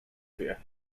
wie